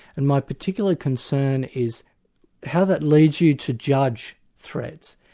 and my particular concern is how that leads you to judge threats.